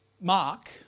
Mark